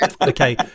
okay